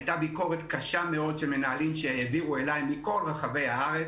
הייתה ביקורת קשה מאוד של מנהלים שהעבירו אליי מכל רחבי הארץ,